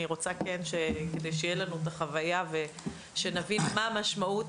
אני כן רוצה ש- -- כדי שתהיה לנו החוויה ושנבין מה המשמעות.